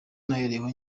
nahereyeho